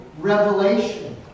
revelation